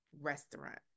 restaurant